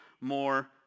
more